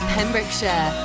Pembrokeshire